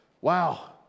wow